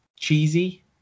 cheesy